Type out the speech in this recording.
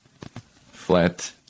flat